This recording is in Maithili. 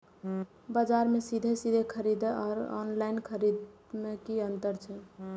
बजार से सीधे सीधे खरीद आर ऑनलाइन खरीद में की अंतर छै?